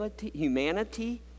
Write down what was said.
humanity